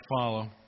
follow